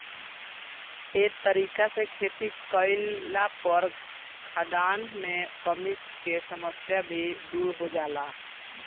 ए तरीका से खेती कईला पर खाद्यान मे कमी के समस्या भी दुर हो जाला